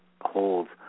holds